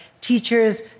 teachers